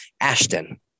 Ashton